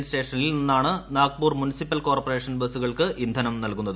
G സ്റ്റേഷനിൽ നിന്നാണ് Nagpur municipal corporation ബസുകൾക്ക് ഇന്ധനം നൽകുന്നത്